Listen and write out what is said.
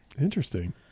Interesting